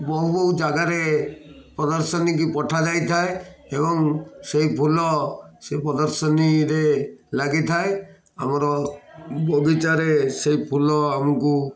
ବହୁ ବହୁ ଜାଗାରେ ପ୍ରଦର୍ଶନୀକି ପଠାଯାଇ ଥାଏ ଏବଂ ସେହି ଫୁଲ ସେ ପ୍ରଦର୍ଶନୀରେ ଲାଗି ଥାଏ ଆମର ବଗିଚାରେ ସେଇ ଫୁଲ ଆମକୁ